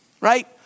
right